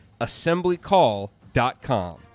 assemblycall.com